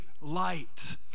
light